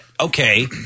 okay